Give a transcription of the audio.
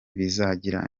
bizagira